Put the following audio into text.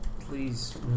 please